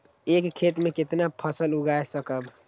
एक खेत मे केतना फसल उगाय सकबै?